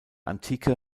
antike